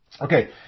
Okay